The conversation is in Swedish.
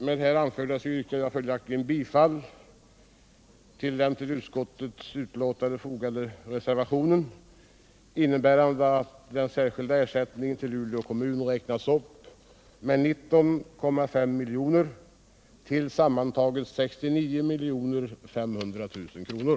Med det anförda yrkar jag bifall till den till utskottets betänkande fogade reservationen, innebärande att den särskilda ersättningen till Luleå kommun räknas upp med 19,5 miljoner till sammantaget 69 500 000 kr.